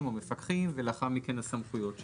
או מפקחים ולאחר מכן הסמכויות שלהם.